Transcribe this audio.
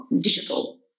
digital